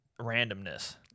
randomness